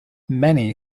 many